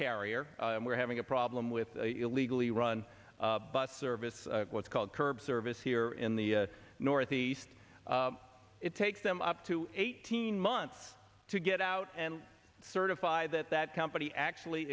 carrier and we're having a problem with illegally run bus service what's called curb service here in the northeast it takes them up to eighteen months to get out and certify that that company actually